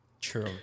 True